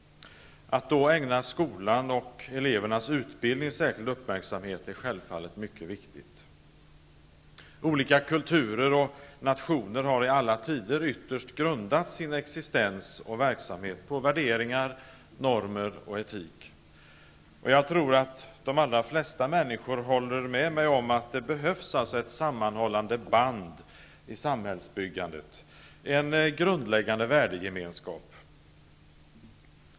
Att då ägna skolan och elevernas utbildning särskild uppmärksamhet är självfallet mycket viktigt. Olika kulturer och nationer har i alla tider ytterst grundat sin existens och verksamhet på värderingar, normer och etik. Jag tror att de allra flesta människor håller med mig om att det alltså behövs ett sammanhållande band i samhällsbyggandet; en grundläggande värdegemenskap.